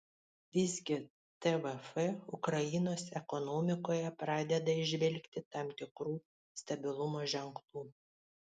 visgi tvf ukrainos ekonomikoje pradeda įžvelgti tam tikrų stabilumo ženklų